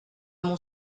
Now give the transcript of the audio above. mon